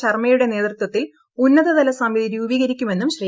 ശർമ്മയുടെ നേതൃത്വത്തിൽ ഉന്നത തല സമിതി രൂപീകരിക്കുമെന്നും ശ്രീ